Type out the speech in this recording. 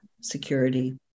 security